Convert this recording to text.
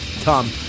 Tom